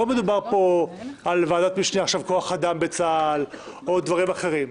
לא מדובר פה עכשיו על ועדת משנה כוח אדם בצה"ל או דברים אחרים,